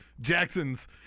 Jacksons